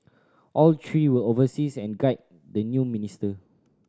all three will oversees and guide the new minister